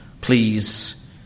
Please